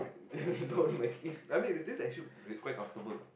don't make it I mean is this actually quite comfortable